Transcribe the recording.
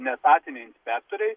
neetatiniai inspektoriai